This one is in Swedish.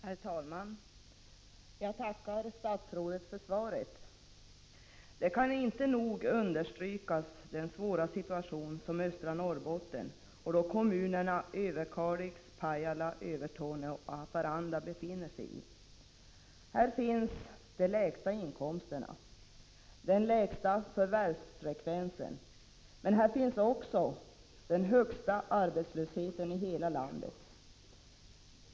Herr talman! Jag tackar statsrådet för svaret. Det kan inte nog understrykas den svåra situation som östra Norrbotten och då kommunerna Överkalix, Pajala, Övertorneå och Haparanda befinner sig i. Här finns de lägsta inkomsterna, den lägsta förvärvsfrekvensen och den högsta arbetslösheten i hela landet.